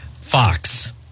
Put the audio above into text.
Fox